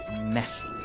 messy